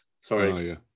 Sorry